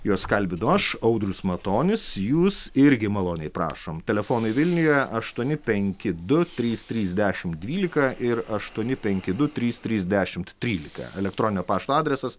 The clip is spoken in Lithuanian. juos kalbinu aš audrius matonis jūs irgi maloniai prašom telefonai vilniuje aštuoni penki du trys trys dešim dvylika ir aštuoni penki du trys trys dešimt trylika elektroninio pašto adresas